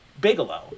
Bigelow